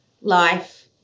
life